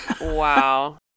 wow